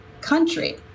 country